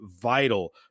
vital